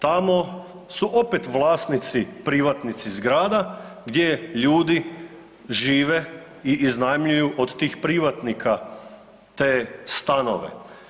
Tamo su opet vlasnici privatnici zgrada gdje ljude žive i iznajmljuju od tih privatnika te stanove.